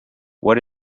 what